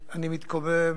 אתה יודע שאתה נמצא בהתליה.